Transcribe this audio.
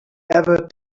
ever